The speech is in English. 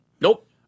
Nope